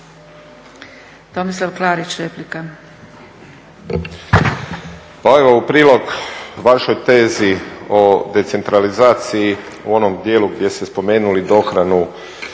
Tomislav Klarić, replika.